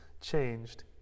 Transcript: changed